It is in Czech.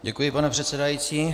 Děkuji, pane předsedající.